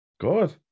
Good